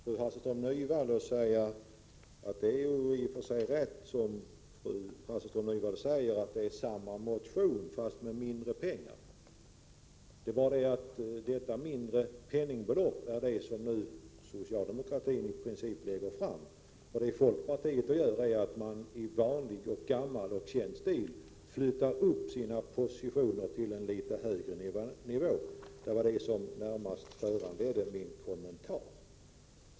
Herr talman! Det är i och för sig rätt som Ingrid Hasselström Nyvall säger, att samma motion väcktes förra året, även om man då begärde mindre pengar. Det är detta mindre penningbelopp som socialdemokratin nu föreslår. Folkpartiet flyttar i vanlig, gammal och känd stil upp sina positioner till en något högre nivå. Det var närmast det som föranledde min kommentar.